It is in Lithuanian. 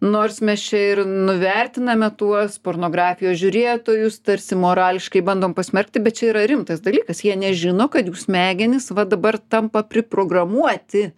nors mes čia ir nuvertiname tuos pornografijos žiūrėtojus tarsi morališkai bandom pasmerkti bet čia yra rimtas dalykas jie nežino kad jų smegenys va dabar tampa priprogramuoti